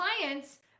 clients